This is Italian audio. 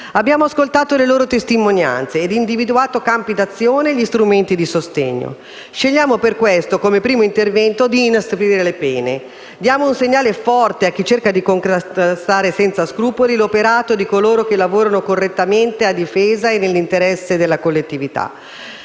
Abbiamo ascoltato le loro testimonianze e individuato campi di azione e strumenti di sostegno. Scegliamo, per questo, come primo intervento, di inasprire le pene. Diamo un segnale forte a chi cerca di contrastare senza scrupoli l'operato di coloro che lavorano correttamente a difesa e nell'interesse della collettività.